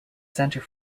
centre